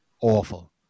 awful